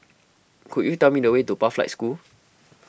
could you tell me the way to Pathlight School